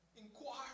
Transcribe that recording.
inquire